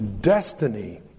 destiny